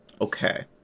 Okay